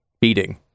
beating